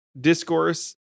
discourse